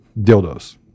dildos